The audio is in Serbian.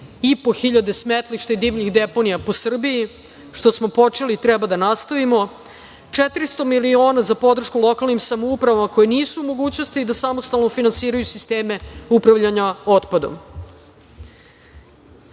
3.500 smetlišta i divljih deponija po Srbiji. Što smo počeli treba da nastavimo. Za podršku lokalnim samoupravama koje nisu u mogućnosti da samostalno finansiraju sisteme upravljanja otpadom